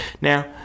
now